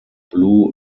blue